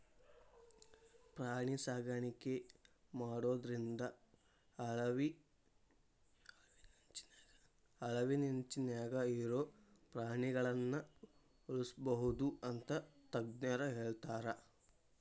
ಪ್ರಾಣಿ ಸಾಕಾಣಿಕೆ ಮಾಡೋದ್ರಿಂದ ಅಳಿವಿನಂಚಿನ್ಯಾಗ ಇರೋ ಪ್ರಾಣಿಗಳನ್ನ ಉಳ್ಸ್ಬೋದು ಅಂತ ತಜ್ಞರ ಹೇಳ್ತಾರ